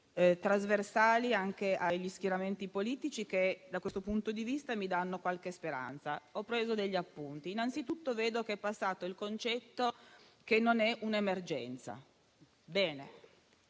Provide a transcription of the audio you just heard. trasversali anche agli schieramenti politici e che mi danno qualche speranza. Ho preso degli appunti. Innanzitutto vedo che è passato il concetto che non si tratta di un'emergenza: bene.